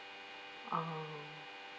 uh